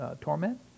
torment